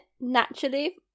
naturally